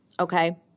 okay